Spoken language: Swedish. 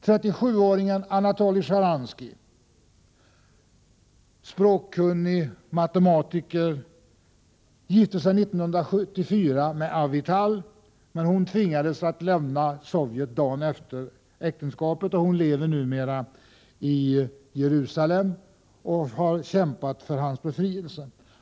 37-åringen Anatolij Sjtjaranskij, språkkunnig matematiker, gifte sig 1974 med Avital. Men hon tvingades att lämna Sovjet dagen efter äktenskapets ingående. Hon lever numera i Jerusalem och har kämpat för hans befrielse.